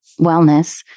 wellness